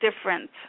different